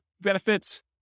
benefits